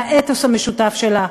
מהאתוס המשותף שלה.